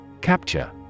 Capture